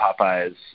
Popeye's